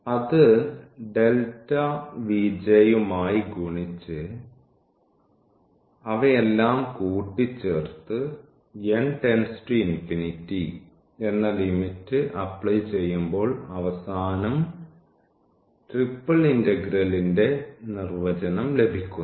അത് യുമായി ഗുണിച്ച് അവയെല്ലാം കൂട്ടിച്ചേർത്തു n→∞ എന്ന ലിമിറ്റ് അപ്ലൈ ചെയ്യുമ്പോൾ അവസാനം ട്രിപ്പിൾ ഇന്റഗ്രേലിന്റെ നിർവചനം ലഭിക്കുന്നു